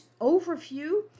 overview